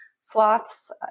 sloths